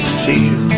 feel